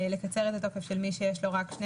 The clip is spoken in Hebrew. לקצר את התוקף של מי שיש לו רק שני